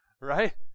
right